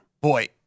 Boy